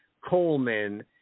Coleman